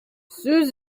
сүз